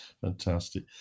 Fantastic